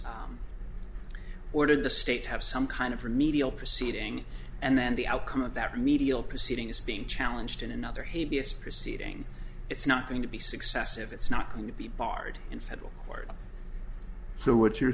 has ordered the state to have some kind of remedial proceeding and then the outcome of that remedial proceeding is being challenged in another hey b s proceeding it's not going to be successive it's not going to be barred in federal court so what you're